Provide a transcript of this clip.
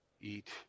eat